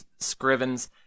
Scrivens